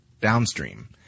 downstream